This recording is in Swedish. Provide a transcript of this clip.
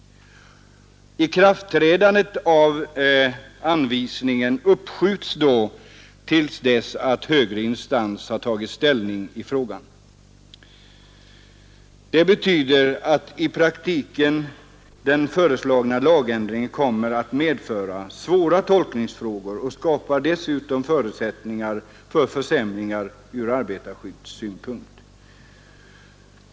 Ikraftträdandet av anvisningen uppskjuts då till dess att högre instans har tagit ställning i frågan. Detta betyder att i praktiken den föreslagna lagändringen kommer att medföra svåra tolkningsfrågor och dessutom skapa förutsättningar för försämringar från arbetarskyddssynpunkt.